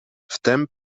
wtem